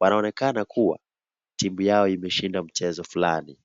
ianaonekana kuwa timu yao imeshinda mchezo fulani.